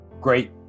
great